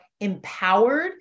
empowered